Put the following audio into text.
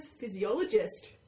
physiologist